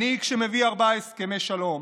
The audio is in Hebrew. מנהיג שמביא ארבעה הסכמי שלום,